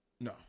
no